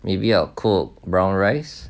maybe I'll cook brown rice